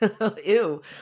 Ew